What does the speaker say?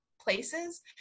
places